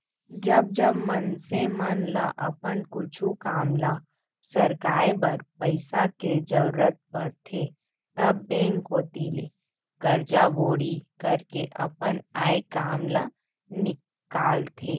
जब जब मनसे मन ल अपन कुछु काम ल सरकाय बर पइसा के जरुरत परथे तब बेंक कोती ले करजा बोड़ी करके अपन आय काम ल निकालथे